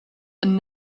and